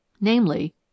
namely